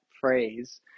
phrase